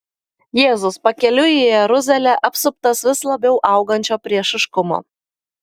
jėzus pakeliui į jeruzalę apsuptas vis labiau augančio priešiškumo